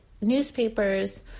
newspapers